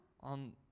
on